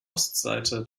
ostseite